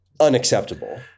Unacceptable